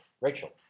Rachel